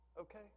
okay